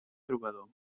trobador